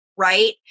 right